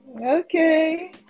Okay